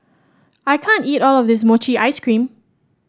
I can't eat all of this Mochi Ice Cream